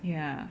ya